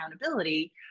accountability